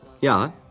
Ja